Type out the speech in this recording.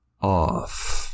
off